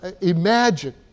imagine